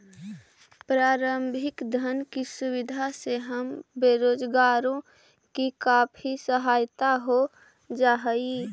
प्रारंभिक धन की सुविधा से हम बेरोजगारों की काफी सहायता हो जा हई